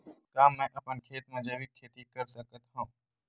का मैं अपन खेत म जैविक खेती कर सकत हंव?